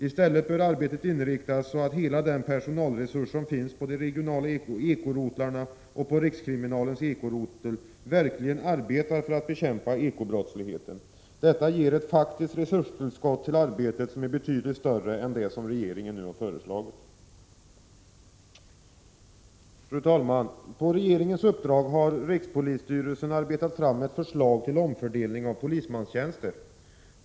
I stället bör arbetet ha inriktningen att hela den personalresurs som finns på de regionala ekorotlarna och på rikskriminalens ekorotel verkligen arbetar för att bekämpa ekobrottsligheten. Detta ger ett faktiskt resurstillskott till arbetet som är betydligt större än det som regeringen nu har föreslagit. Fru talman! På regeringens uppdrag har rikspolisstyrelsen arbetat fram ett förslag till en omfördelning av polismanstjänster.